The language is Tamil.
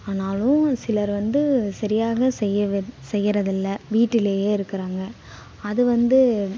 ஆனாலும் சிலர் வந்து சரியாக செய்யவே செய்கிறதில்ல வீட்டிலேயே இருக்கிறாங்க அதுவந்து